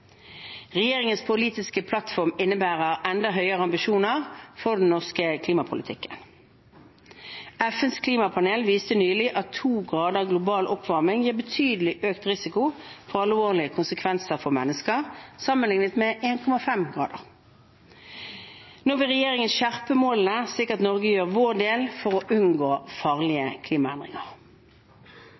Regjeringens politiske plattform innebærer enda høyere ambisjoner for den norske klimapolitikken. FNs klimapanel viste nylig at 2 grader global oppvarming gir betydelig økt risiko for alvorlige konsekvenser for mennesker sammenlignet med 1,5 grader. Nå vil regjeringen skjerpe målene slik at Norge gjør vår del for å unngå farlige klimaendringer.